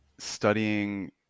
studying